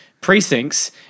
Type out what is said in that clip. precincts